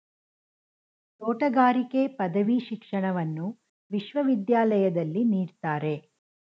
ತೋಟಗಾರಿಕೆ ಪದವಿ ಶಿಕ್ಷಣವನ್ನು ವಿಶ್ವವಿದ್ಯಾಲಯದಲ್ಲಿ ನೀಡ್ತಾರೆ